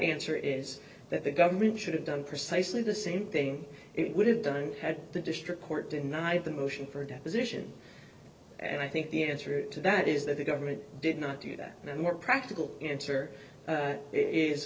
answer is that the government should have done precisely the same thing it would have done had the district court denied the motion for a deposition and i think the answer to that is that the government did not do that and more practical answer